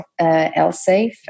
Elsafe